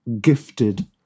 gifted